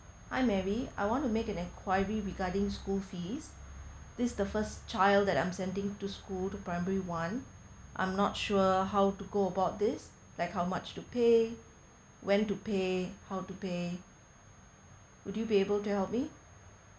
hi mary I want to make an enquiry regarding school fees this is the first child that I'm sending to school to primary one I'm not sure how to go about this like how much to pay when to pay how to pay would you be able to help me